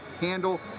handle